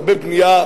הרבה בנייה,